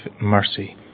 mercy